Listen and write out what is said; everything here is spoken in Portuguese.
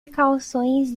calções